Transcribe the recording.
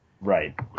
Right